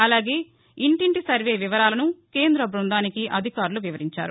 అలాగే ఇంటింటి సర్వే వివరాలను కేంద్ర బృందానికి అధికారులు వివరించారు